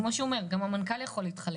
כפי שהוא אומר, גם המנכ"ל יכול להתחלף.